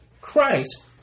Christ